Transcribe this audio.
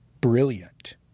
brilliant